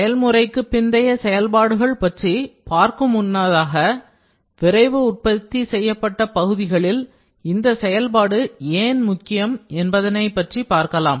செயல்முறைப் பிந்தைய செயல்பாடுகளை பற்றி பார்க்கும் முன்னதாக விரைவு உற்பத்தி செய்யப்பட்ட பகுதிகளில் இந்த செயல்பாடு ஏன் முக்கியம் என்பதைப் பற்றி நாம் பார்க்கலாம்